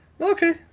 Okay